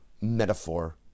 metaphor